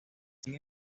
sin